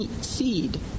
seed